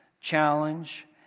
Challenge